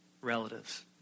relatives